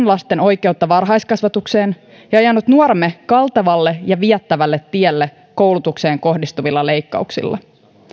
lasten oikeutta varhaiskasvatukseen ja ajanut nuoremme kaltevalle ja viettävälle tielle koulutukseen kohdistuvilla leikkauksilla